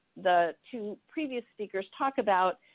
the two previous speakers talk about,